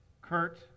Kurt